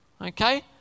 Okay